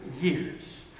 years